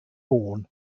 born